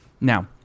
Now